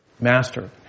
master